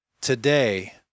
today